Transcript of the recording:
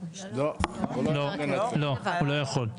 לא, הוא לא יכול לנצל.